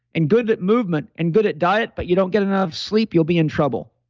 and good at movement and good at diet, but you don't get enough sleep, you'll be in trouble.